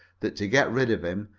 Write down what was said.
that, to get rid of him,